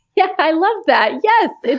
yeah. i love that. yes!